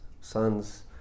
sons